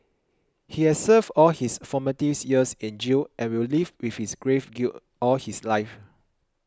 he has served all his formative years in jail and will live with this grave guilt all his life